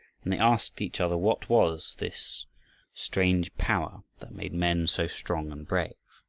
and they asked each other what was this strange power that made men so strong and brave.